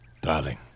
Darling